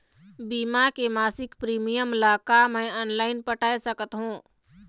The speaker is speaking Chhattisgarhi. बीमा के मासिक प्रीमियम ला का मैं ऑनलाइन पटाए सकत हो?